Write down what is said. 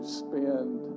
spend